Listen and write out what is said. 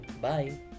Bye